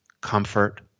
comfort